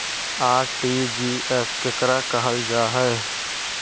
RTGS केकरा कहल जा है?